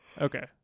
okay